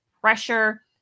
pressure